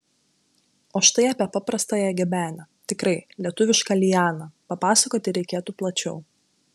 o štai apie paprastąją gebenę tikrai lietuvišką lianą papasakoti reikėtų plačiau